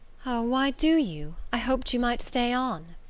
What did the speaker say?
oh, why do you? i hoped you might stay on.